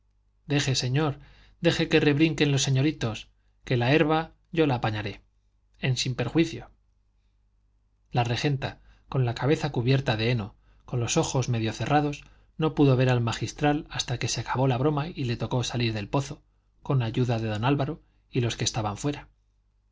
gozoso deje señor deje que rebrinquen los señoritos que la erba yo la apañaré en sin perjuicio la regenta con la cabeza cubierta de heno con los ojos medio cerrados no pudo ver al magistral hasta que se acabó la broma y le tocó salir del pozo con ayuda de don álvaro y los que estaban fuera